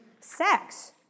sex